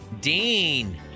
Dean